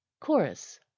chorus